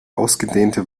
ausgedehnte